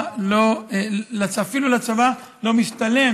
לצבא אפילו לא משתלם